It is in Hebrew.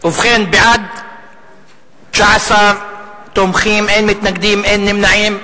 ובכן, בעד, 19, אין מתנגדים, אין נמנעים.